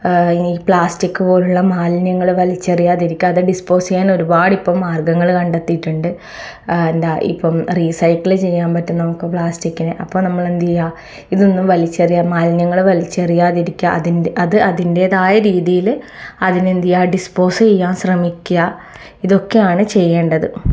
ഈ പ്ലസ്റ്റിക് പോലെയുള്ള മാലിന്യങ്ങൾ വലിച്ചെറിയാതിരിക്കുക അത് ഡിസ്പോസ് ചെയ്യാൻ ഒരുപാടിപ്പോൾ മാർഗ്ഗങ്ങൾ കണ്ടെത്തിയിട്ടുണ്ട് എന്താ ഇപ്പം റീസൈക്കിൾ ചെയ്യാൻ പറ്റും നമുക്ക് പ്ലാസ്റ്റിക്കിനെ അപ്പം നമ്മളെന്തെയ്യാ ഇതൊന്നും വലിച്ചെറിയ മാലിന്യങ്ങൾ വലിച്ചെറിയാതിരിക്കുക അതിൻ്റെ അത് അതിൻ്റേതായ രീതിയിൽ അതിനെന്തെയ്യാ ഡിസ്പോസ് ചെയ്യാൻ ശ്രമിക്കുക ഇതൊക്കെയാണ് ചെയ്യേണ്ടത്